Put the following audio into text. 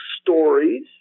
stories